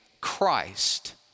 Christ